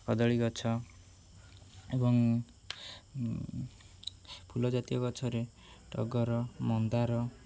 କଦଳୀ ଗଛ ଏବଂ ଫୁଲଜାତୀୟ ଗଛରେ ଟଗର ମନ୍ଦାର